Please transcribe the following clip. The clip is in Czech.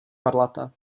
varlata